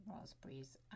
raspberries